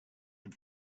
and